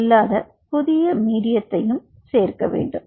இல்லாத புதிய மீடியத்தையும் சேர்க்க வேண்டும்